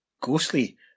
ghostly